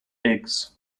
eggs